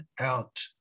out